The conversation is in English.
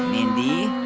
mindy